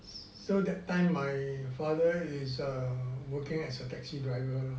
so that time my father is err working as a taxi driver